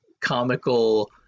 comical